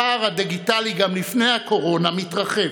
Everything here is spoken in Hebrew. הפער הדיגיטלי, גם מלפני הקורונה, מתרחב,